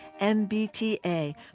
MBTA